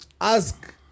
ask